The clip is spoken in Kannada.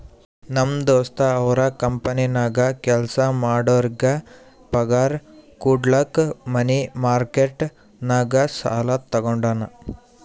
ನಮ್ ದೋಸ್ತ ಅವ್ರ ಕಂಪನಿನಾಗ್ ಕೆಲ್ಸಾ ಮಾಡೋರಿಗ್ ಪಗಾರ್ ಕುಡ್ಲಕ್ ಮನಿ ಮಾರ್ಕೆಟ್ ನಾಗ್ ಸಾಲಾ ತಗೊಂಡಾನ್